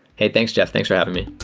hey. thanks, jeff. thanks for having me.